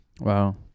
Wow